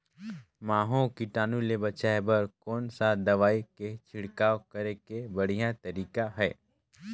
महू कीटाणु ले बचाय बर कोन सा दवाई के छिड़काव करे के बढ़िया तरीका हे?